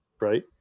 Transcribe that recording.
Right